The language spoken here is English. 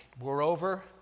Moreover